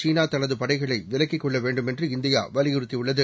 சீனாதனதுபடைகளைவிலக்கிக்கொள்ளவேண்டும்என்று இந்தியாவலியுறுத்திஉள்ளது